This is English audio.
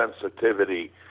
sensitivity